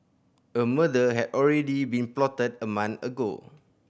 a murder had already been plotted a month ago